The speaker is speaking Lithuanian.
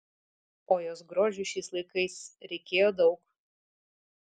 o jos grožiui šiais laikais reikėjo daug